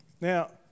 Now